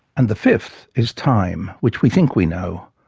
and the fifth is time, which we think we know.